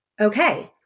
okay